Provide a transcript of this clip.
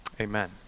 Amen